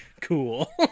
Cool